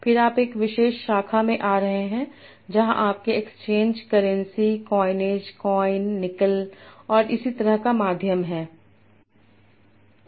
फिर आप एक विशेष शाखा में आ रहे हैं जहां आपके एक्सचेंज करेंसी कॉइनएज कॉइन निकल और इसी तरह का माध्यम है